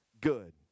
good